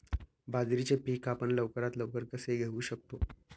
बाजरीचे पीक आपण लवकरात लवकर कसे घेऊ शकतो?